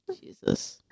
Jesus